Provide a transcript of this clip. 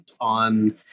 on